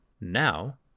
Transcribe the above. Now